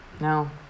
No